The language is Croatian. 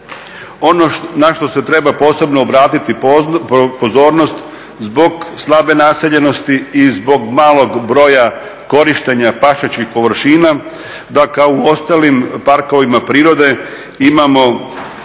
Ono na što se treba posebno obratiti pozornost zbog slabe naseljenosti i zbog malog broja korištenja pašnjačkih površina da kao u ostalim parkovima prirode imamo